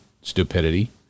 stupidity